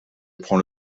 prends